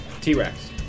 T-Rex